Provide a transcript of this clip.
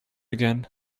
again